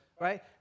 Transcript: right